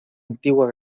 antigua